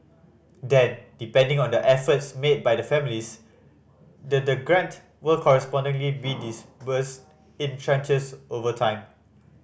then depending on the efforts made by the families the the grant will correspondingly be disbursed in tranches over time